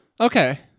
Okay